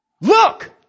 Look